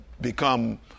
become